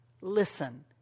Listen